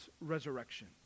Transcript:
resurrection